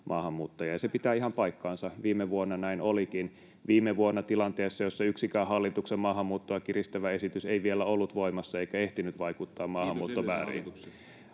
se pitää ihan paikkansa. Viime vuonna näin olikin — viime vuonna tilanteessa, jossa yksikään hallituksen maahanmuuttoa kiristävä esitys ei vielä ollut voimassa eikä ehtinyt vaikuttaa maahanmuuttomääriin. [Kimmo Kiljunen: